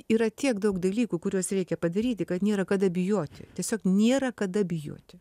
yra tiek daug dalykų kuriuos reikia padaryti kad nėra kada bijoti tiesiog nėra kada bijoti